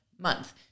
month